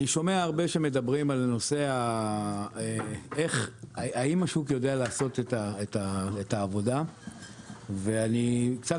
אני שומע הרבה שמדברים על האם השוק יודע לעשות את העבודה ואני קצת